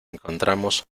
encontramos